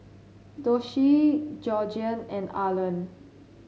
Doshie Georgiann and Arland